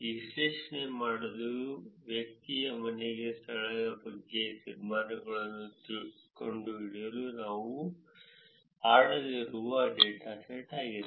ವಿಶ್ಲೇಷಣೆ ಮಾಡಲು ವ್ಯಕ್ತಿಯ ಮನೆಯ ಸ್ಥಳದ ಬಗ್ಗೆ ತೀರ್ಮಾನಗಳನ್ನು ಕಂಡುಹಿಡಿಯಲು ನಾವು ಆಡಲಿರುವ ಡೇಟಾಸೆಟ್ ಆಗಿದೆ